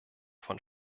von